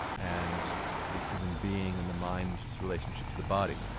and the human being and the mind's relationship to the body.